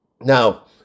now